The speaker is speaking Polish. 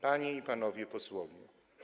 Panie i Panowie Posłowie!